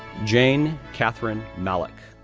jane catherine mallach,